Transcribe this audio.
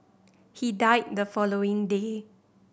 he died the following day